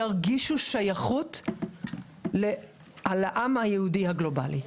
ירגישו שייכות לעם היהודי הגלובלי.